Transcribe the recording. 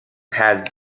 has